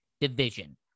division